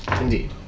Indeed